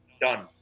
done